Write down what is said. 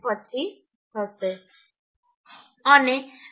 25 હશે